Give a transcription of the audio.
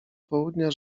południa